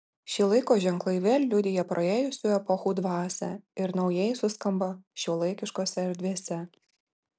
šie laiko ženklai vėl liudija praėjusių epochų dvasią ir naujai suskamba šiuolaikiškose erdvėse